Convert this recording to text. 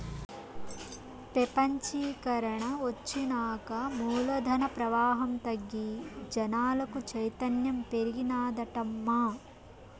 పెపంచీకరన ఒచ్చినాక మూలధన ప్రవాహం తగ్గి జనాలకు చైతన్యం పెరిగినాదటమ్మా